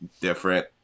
different